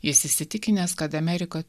jis įsitikinęs kad amerika